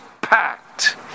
packed